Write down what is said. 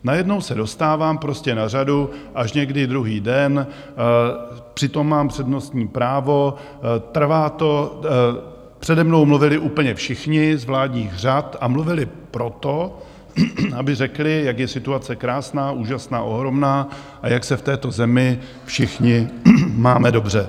Najednou se dostávám prostě na řadu až někdy druhý den, přitom mám přednostní právo, přede mnou mluvili úplně všichni z vládních řad, a mluvili proto, aby řekli, jak je situace krásná, úžasná, ohromná a jak se v této zemi všichni máme dobře.